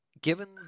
given